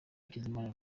hakizimana